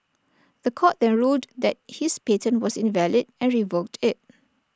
The Court then ruled that his patent was invalid and revoked IT